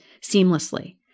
seamlessly